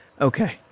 Okay